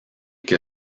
que